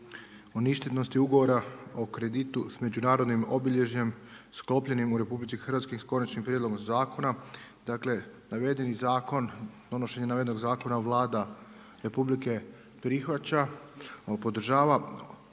o ništetnosti ugovora o kreditu s međunarodnim obilježjem sklopljenim u RH s konačnim prijedlogom zakona, dakle navedeni zakon, donošenje navedenog zakona Vlada RH prihvaća, podržava.